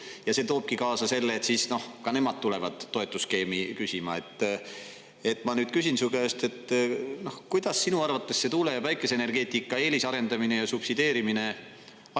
Ja see toobki kaasa selle, et ka nemad tulevad toetusskeemi küsima. Ma nüüd küsin su käest, kuidas sinu arvates on. Kas tuule‑ ja päikeseenergeetika eelisarendamine ja subsideerimine